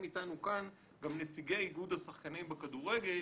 אתנו כאן גם נציגי איגוד השחקנים בכדורגל,